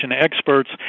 experts